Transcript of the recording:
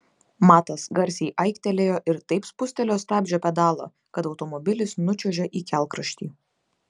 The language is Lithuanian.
matas garsiai aiktelėjo ir taip spustelėjo stabdžio pedalą kad automobilis nučiuožė į kelkraštį